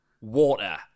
water